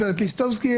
הגב' ליסובסקי,